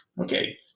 Okay